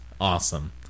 Awesome